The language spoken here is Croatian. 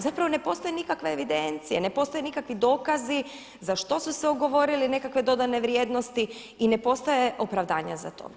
Zapravo ne postoje nikakve evidencije, ne postoje nikakvi dokazi za što su se ugovorili nekakve dodane vrijednosti i ne postoje opravdanja za to.